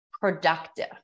productive